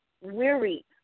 weary